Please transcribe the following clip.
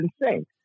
insane